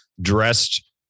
dressed